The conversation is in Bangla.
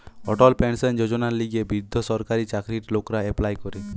অটল পেনশন যোজনার লিগে বৃদ্ধ সরকারি চাকরির লোকরা এপ্লাই করে